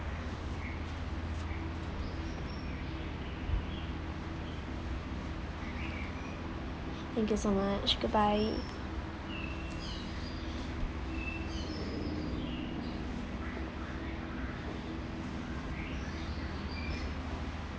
thank you so much goodbye